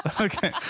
okay